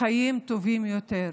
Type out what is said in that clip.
לחיים טובים יותר.